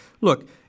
Look